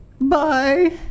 Bye